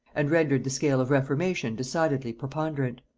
and rendered the scale of reformation decidedly preponderant.